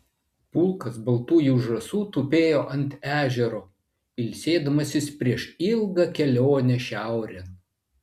pulkas baltųjų žąsų tupėjo ant ežero ilsėdamasis prieš ilgą kelionę šiaurėn